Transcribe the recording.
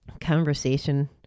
conversation